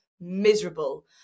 miserable